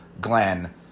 Glenn